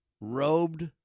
robed